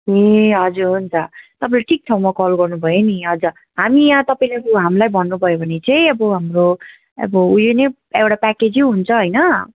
ए हजुर हुन्छ तपाईँले ठिक ठाउँमा कल गर्नु भयो नि हजुर हामी यहाँ तपाईँलाई यो हामीलाई भन्नुभयो भने चाहिँ अब हाम्रो अब उयो नै एउटा प्याकेजै हुन्छ होइन